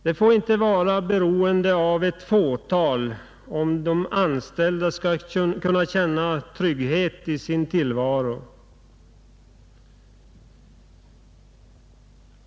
Det får inte vara beroende av ett fåtal om de anställda skall kunna känna trygghet i tillvaron.